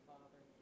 Father